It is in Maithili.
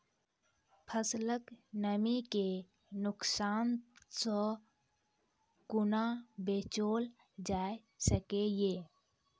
फसलक नमी के नुकसान सॅ कुना बचैल जाय सकै ये?